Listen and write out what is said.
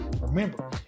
Remember